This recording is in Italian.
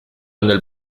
nel